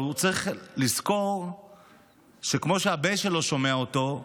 אבל הוא צריך לזכור שכמו שהבן שלו שומע אותו,